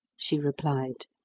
she replied.